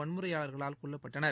வன்முறையாளர்களால் கொல்லப்பட்டனர்